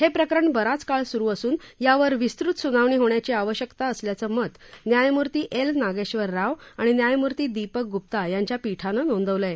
हे प्रकरण बराच काळ सुरु असून यावर विस्तृत सुनावणी होण्याची आवश्यकता असल्याचं मत न्यायमूर्ती एल नागेश्वर राव आणि न्यायमूर्ती दिपक गुप्ता यांच्या पीठानं नोंदवलं आहे